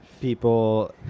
people